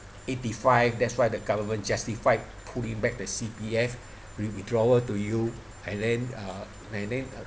eighty five that's why the government justified pulling back the C_P_F with~ withdrawal to you and then uh and then